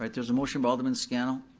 but there's a motion by alderman scannell.